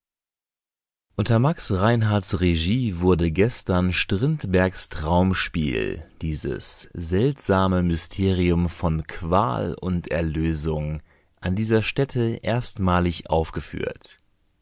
max reinhardts regie wurde gestern strindbergs traumspiel dieses seltsame mysterium von qual und erlösung an dieser stätte erstmalig aufgeführt